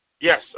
Yes